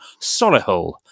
Solihull